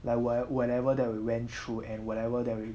like what whatever that we went through and whatever that we